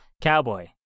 Cowboy